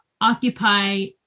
Occupy